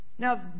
Now